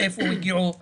לאיפה הגיעו המגעים,